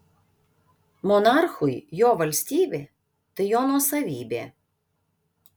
monarchui jo valstybė tai jo nuosavybė